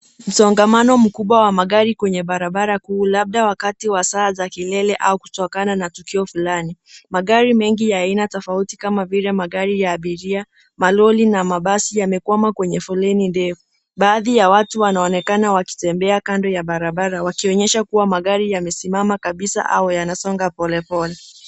Msongamano wa magari kwenye barabara kuu labda wakati saa za kilele au kutokana na tukio fulani. Magari mengi ya aina tofauti kama vile magari ya abiria, malori na mabasi yamekwama kwenye foleni ndefu. Baadhi ya watu wanaonekana wakitembea kando ya barabara wakionyesha kuwa magari yamesimama kabisa au yanasonga polepole.